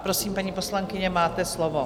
Prosím, paní poslankyně, máte slovo.